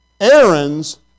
Aaron's